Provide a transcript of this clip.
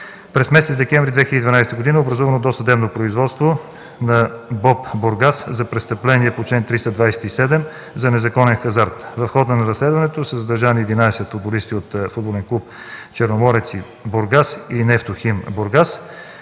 През месец декември 2012 г. е образувано досъдебно производство на БОП – Бургас, за престъпление по чл. 327 за незаконен хазарт. В хода на разследването са задържани 11 футболисти от футболни клубове „Черноморец – Бургас”